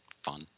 fun